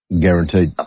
Guaranteed